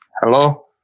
hello